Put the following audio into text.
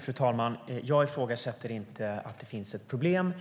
Fru talman! Jag ifrågasätter inte att det finns ett problem.